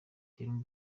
dream